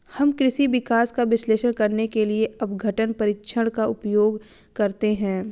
हम कृषि विकास का विश्लेषण करने के लिए अपघटन परीक्षण का उपयोग करते हैं